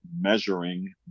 measuring